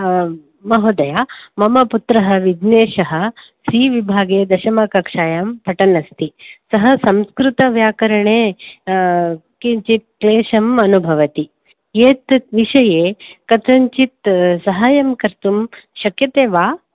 महोदय मम पुत्रः विघ्नेशः सि विभागे दशम कक्षायां पठन् अस्ति सः संस्कृतव्याकरणे किञ्चित् क्लेशं अनुभवति एतद् विषये कथञ्चित् सहायं कर्तुं शक्यते वा